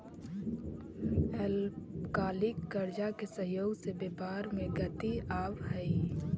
अल्पकालिक कर्जा के सहयोग से व्यापार में गति आवऽ हई